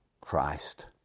Christ